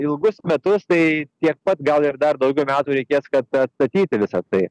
ilgus metus tai tiek pat gal ir dar daugiau metų reikės kad atstatyti visa tai